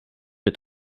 mit